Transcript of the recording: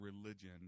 religion